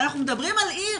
אנחנו מדברים על עיר.